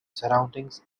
surroundings